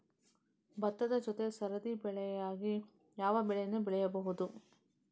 ಭತ್ತದ ಜೊತೆ ಸರದಿ ಬೆಳೆಯಾಗಿ ಯಾವ ಬೆಳೆಯನ್ನು ಬೆಳೆಯಬಹುದು?